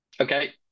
Okay